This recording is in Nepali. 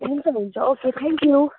हुन्छ हुन्छ ओके थ्याङ्क्यु